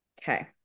Okay